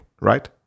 right